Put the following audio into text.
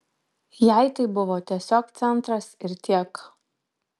jai tai buvo tiesiog centras ir tiek